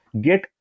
get